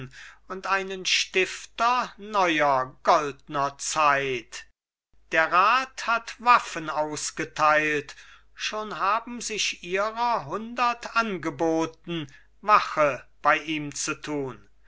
und einen stifter neuer goldner zeit der rat hat waffen ausgeteilt schon haben sich ihrer hundert angeboten wache bei ihm zu tun